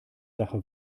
sache